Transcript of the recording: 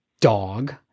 dog